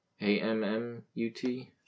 A-M-M-U-T